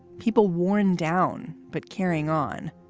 people worn down but carrying on.